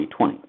2020